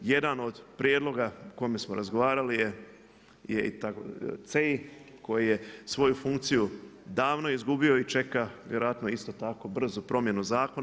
Jedan od prijedloga o kojem smo razgovarali je … koji je svoju funkciju davno izgubio i čeka vjerojatno isto tako brzu promjenu zakona.